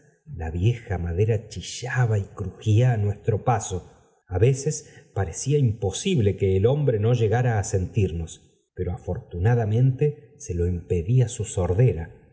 la vieja madera chillaba y crujía á nuestro paso a veces parecía imposible que el hombre no llegara á sentimos pero afortunadamente se lo impedía su sordera